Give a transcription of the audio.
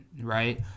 right